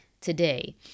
Today